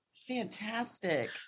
Fantastic